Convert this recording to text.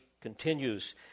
continues